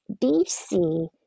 DC